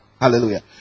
Hallelujah